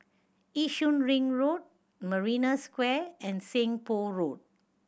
Yishun Ring Road Marina Square and Seng Poh Road